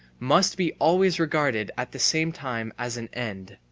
must be always regarded at the same time as an end.